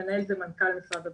המנהל זה מנכ"ל משרד הבריאות.